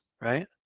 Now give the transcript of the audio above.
right